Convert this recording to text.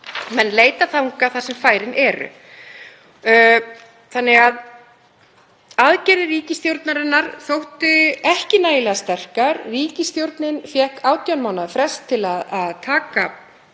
Menn leita þangað sem færin eru. Aðgerðir ríkisstjórnarinnar þóttu ekki nægilega sterkar. Ríkisstjórnin fékk 18 mánaða frest til að taka